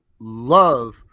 love